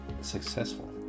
successful